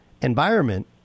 environment